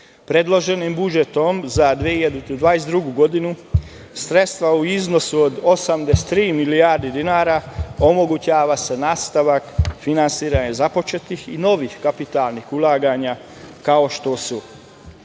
Predloženim budžetom za 2022. godinu sredstva u iznosu od 83 milijardi dinara omogućavaju nastavak finansiranja započetih i novih kapitalnih ulaganja kao što su